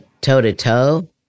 toe-to-toe